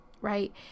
right